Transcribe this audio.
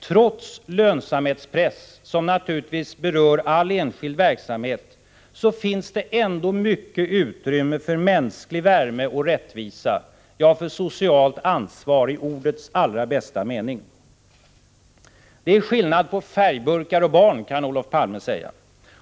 Trots lönsamhetspress, som naturligtvis berör all enskild verksamhet, finns det ändå mycket utrymme för mänsklig värme och rättvisa — ja, för socialt ansvar i ordets allra bästa mening. Det är skillnad på färgburkar och barn, kan Olof Palme säga.